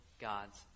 God's